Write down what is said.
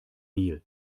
mehl